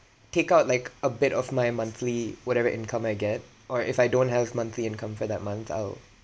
take out like a bit of my monthly whatever income I get or if I don't have monthly income for that month I'll